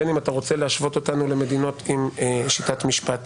בין אם אתה רוצה להשוות אותנו למדינות עם שיטת משפט